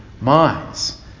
minds